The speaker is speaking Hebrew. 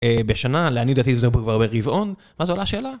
בשנה לעניות דעתי זה כבר ברבעון, ואז עולה השאלה,